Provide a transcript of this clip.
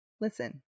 listen